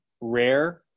rare